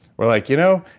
we're like, you know,